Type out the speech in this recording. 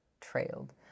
trailed